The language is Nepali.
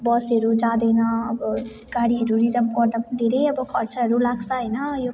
बसहरू जाँदैन अब गाडीहरू रिजर्भ गर्दा पनि धेरै अब खर्चहरू लाग्छ होइन यो